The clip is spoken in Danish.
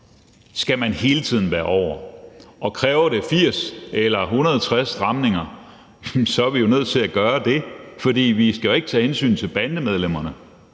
skal man hele tiden være over, og kræver det 80 eller 160 stramninger, så er vi jo nødt til at gøre det, for vi skal jo ikke tage hensyn til bandemedlemmerne,